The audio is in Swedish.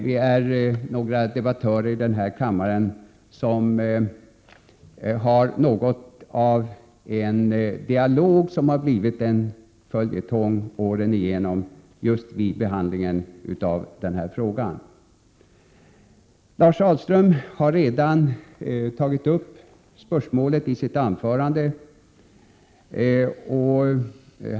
Vi är några debattörer i denna kammare som har fört en diskussion som blivit något av en följetong åren igenom just vid behandlingen av denna fråga. Lars Ahlström har redan tagit upp spörsmålet i sitt anförande.